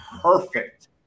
perfect